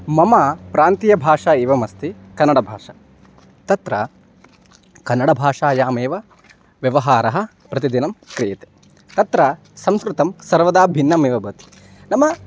मम प्रान्तीयभाषा एवम् अस्ति कन्नडभाषा तत्र कन्नडभाषायामेव व्यवहारः प्रतिदिनं क्रियते तत्र संस्कृतं सर्वदा भिन्नम् एव भवति नाम